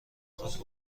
خواد